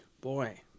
Boy